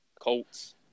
Colts